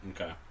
Okay